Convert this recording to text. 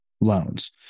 loans